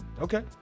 Okay